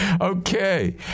Okay